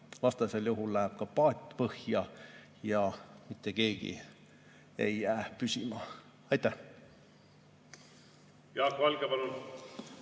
Vastasel juhul läheb ka paat põhja ja mitte keegi ei jää püsima. Jaak Valge, palun!